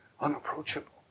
unapproachable